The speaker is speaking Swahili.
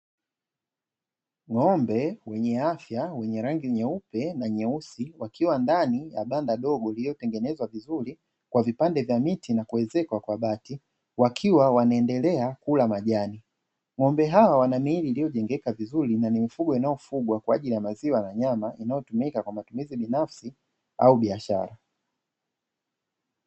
Ng'ombe wenye afya wenye rangi nyeupe na nyeusi, wakiwa ndani ya banda dogo lililotengenezwa vizuri, kwa vipande vya miti na kuezekwa kwa bati, wakiwa wanaendelea kula majani, ng'ombe hawa wana miili iliyojengeka vizuri, na ni mifugo inayofugwa kwa ajili ya maziwa na nyama, inayotumika kwa matumizi binafsi au biashara.